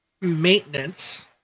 maintenance